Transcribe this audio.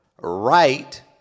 right